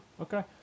Okay